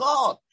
God